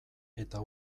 eta